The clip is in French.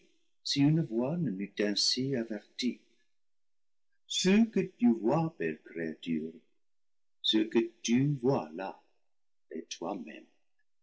si une voix ne m'eût ainsi avertie ce que tu vois belle créature ce que tu vois là est